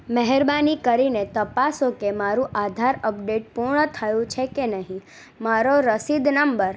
મહેરબાની કરીને તપાસો કે મારું આધાર અપડેટ પૂર્ણ થયું છે કે નહીં મારો રસીદ નંબર